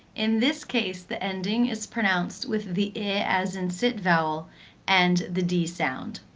in this case, the ending is pronounced with the ih as in sit vowel and the d sound.